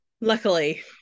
Luckily